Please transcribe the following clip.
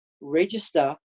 register